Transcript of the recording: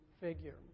figure